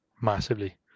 Massively